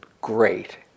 great